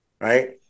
right